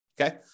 Okay